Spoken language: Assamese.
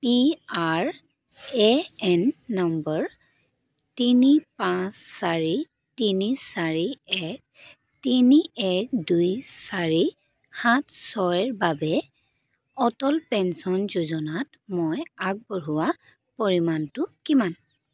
P R A N number তিনি পাঁচ চাৰি তিনি চাৰি এক তিনি এক দুই চাৰি সাত ছয় ৰ বাবে অটল পেঞ্চন যোজনাত মই আগবঢ়োৱা পৰিমাণটো কিমান